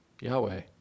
Yahweh